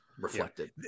reflected